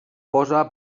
posa